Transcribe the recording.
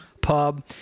pub